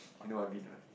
you know what I mean right